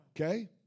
Okay